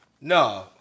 No